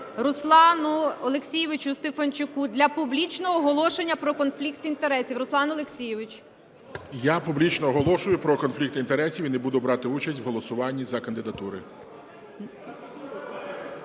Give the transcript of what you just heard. Руслану Олексійовичу Стефанчуку для публічного оголошення про конфлікт інтересів. Руслан Олексійович. 14:00:54 СТЕФАНЧУК Р.О. Я публічно оголошую про конфлікт інтересів і не буду брати участь в голосуванні за кандидатури.